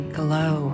glow